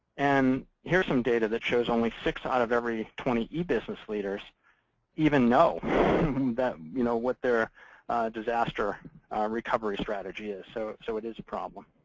and here's some data that shows only six out of every twenty e-business leaders even know you know what their disaster recovery strategy is. so so it is a problem.